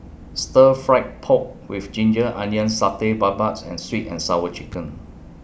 Stir Fry Pork with Ginger Onions Satay Babat and Sweet and Sour Chicken